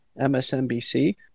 MSNBC